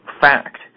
fact